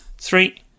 Three